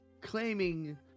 claiming